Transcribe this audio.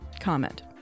Comment